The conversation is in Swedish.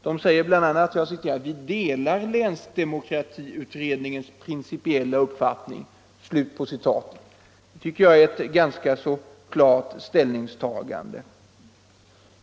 Det heter bl.a.: "Vi delar länsdemokratiutredningens principiella uppfattning.” Det tycker jag är ett ganska klart ställningstagande.